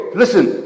listen